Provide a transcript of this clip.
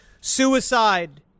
suicide